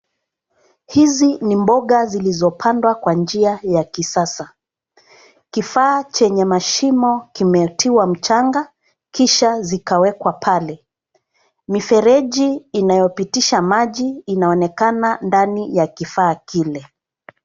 Hizi ni mboga zilizopandwa kwa njia ya kisasa. Kifaa chenye mashimo kimetiwa mchanga kisha zikawekwa pale. Mifereji inayopitisha maji inaonekana ndani ya kifaa kile.